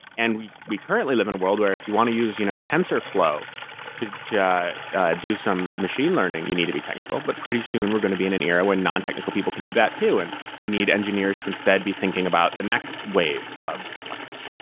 and we we currently live in a world where if you want to use you know tensorflow to to do some machine learning, you need to be technical, but pretty soon we're going to be in an era where non-technical people can do that too and we need engineers who instead be thinking about the next wave of complexity.